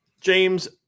James